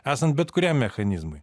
esant bet kuriam mechanizmui